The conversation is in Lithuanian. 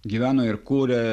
gyveno ir kūrė